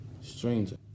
stranger